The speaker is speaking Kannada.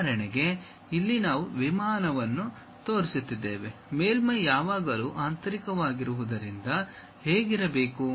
ಉದಾಹರಣೆಗೆ ಇಲ್ಲಿ ನಾವು ವಿಮಾನವನ್ನು ತೋರಿಸುತ್ತಿದ್ದೇವೆ ಮೇಲ್ಮೈ ಯಾವಾಗಲೂ ಆಂತರಿಕವಾಗಿರುವುದರಿಂದ ಹೇಗಿರಬೇಕು